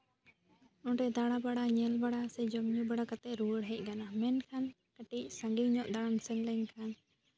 ᱚᱸᱰᱮ ᱫᱟᱬᱟ ᱵᱟᱲᱟ ᱧᱮᱞ ᱵᱟᱲᱟ ᱥᱮ ᱡᱚᱢᱼᱧᱩ ᱵᱟᱲᱟ ᱠᱟᱛᱮ ᱨᱩᱣᱟᱹᱲ ᱦᱮᱡ ᱜᱟᱱᱚᱜᱼᱟ ᱢᱮᱱᱠᱷᱟᱱ ᱠᱟᱹᱴᱤᱡ ᱥᱟᱺᱜᱤᱧ ᱧᱚᱜ ᱫᱟᱬᱟᱱ ᱥᱮᱱ ᱞᱮᱱᱠᱷᱟᱱ